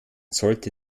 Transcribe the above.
sollte